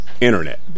Internet